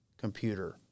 computer